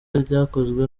ryakozwe